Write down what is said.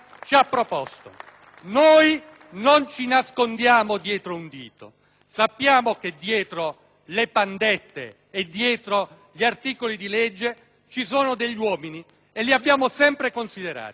sappiamo che dietro le pandette e gli articoli di legge ci sono degli uomini, e li abbiamo sempre considerati. Non vogliamo un'assoluzione; non vogliamo